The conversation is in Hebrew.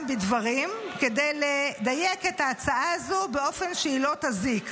בדברים כדי לדייק את ההצעה הזו באופן שהיא לא תזיק.